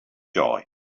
joy